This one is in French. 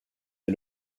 est